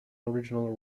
original